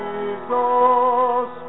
Jesus